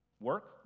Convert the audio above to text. Work